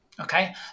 okay